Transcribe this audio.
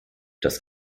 das